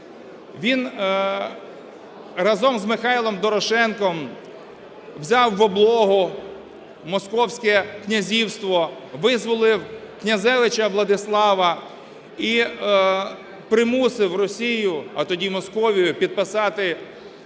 Він разом з Михайлом Дорошенком взяв в облогу Московське князівство, визволив князевича Владислава і примусив Росію, а тоді Московію, підписати для